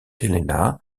helena